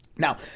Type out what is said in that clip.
Now